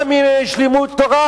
גם אם יש לימוד תורה,